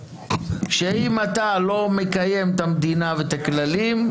שאם אתה לא מקיים את המדינה ואת הכללים,